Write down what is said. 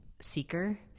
seeker